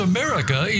America